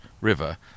river